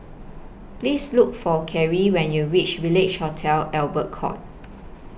Please Look For Cari when YOU REACH Village Hotel Albert Court